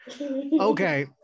Okay